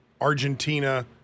Argentina